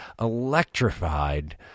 electrified